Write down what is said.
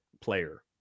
player